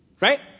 Right